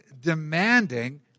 demanding